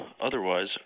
Otherwise